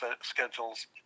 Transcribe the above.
schedules